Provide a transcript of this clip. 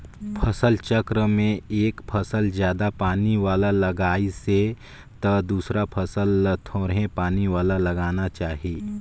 फसल चक्र में एक फसल जादा पानी वाला लगाइसे त दूसरइया फसल ल थोरहें पानी वाला लगाना चाही